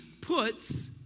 puts